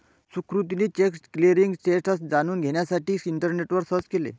सुकृतीने check clearing status जाणून घेण्यासाठी इंटरनेटवर सर्च केले